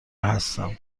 هستم